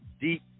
deep